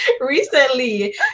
recently